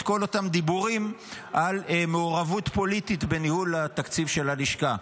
כול אותם דיבורים על מעורבות פוליטית בניהול התקציב של הלשכה.